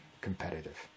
competitive